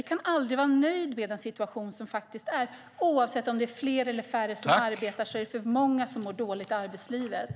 Vi kan aldrig vara nöjda med den situation som är. Oavsett om det är fler eller färre som arbetar är det för många som mår dåligt i arbetslivet.